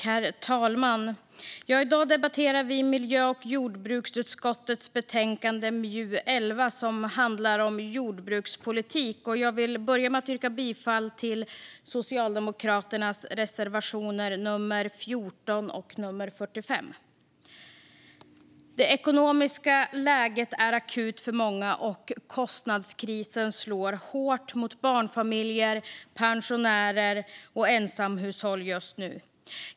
Herr talman! I dag debatterar vi miljö och jordbruksutskottets betänkande MJU11, som handlar om jordbrukspolitik. Jag vill börja med att yrka bifall till Socialdemokraternas reservationer 14 och 45. Det ekonomiska läget är akut för många, och kostnadskrisen slår hårt mot barnfamiljer, pensionärer och ensamhushåll just nu.